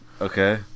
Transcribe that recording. Okay